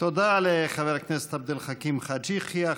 תודה לחבר הכנסת עבד אל חכים חאג' יחיא.